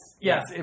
yes